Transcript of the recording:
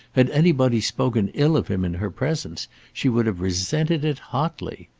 had anybody spoken ill of him in her presence she would have resented it hotly.